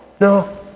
No